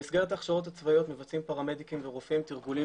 במסגרת ההכשרות הצבאיות מבצעים פרמדיקים ורופאים תרגולים